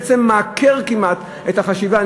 זה בעצם מעקר כמעט את החשיבה,